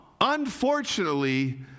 unfortunately